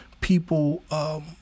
people